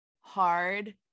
hard